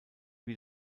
wie